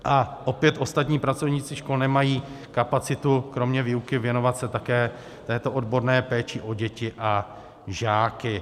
A opět ostatní pracovníci škol nemají kapacitu kromě výuky se věnovat také této odborné péči o děti a žáky.